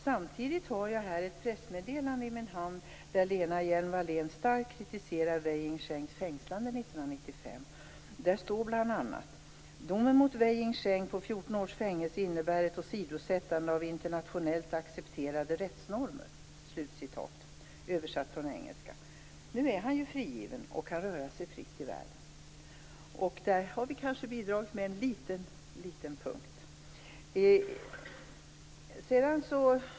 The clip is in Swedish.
Samtidigt har jag ett pressmeddelande i min hand, där Lena Hjelm-Wallén starkt kritiserar Wei Jingshengs fängslande 1995. Där står bl.a.: Domen mot Wei Jingsheng på 14 års fängelse innebär ett åsidosättande av internationellt accepterade rättsnormer. Nu är Wei Jingsheng frigiven och kan röra sig fritt i världen. Där har vi kanske bidragit litet.